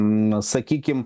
na sakykim